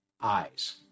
eyes